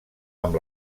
amb